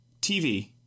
TV